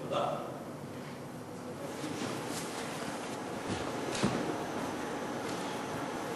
תודה.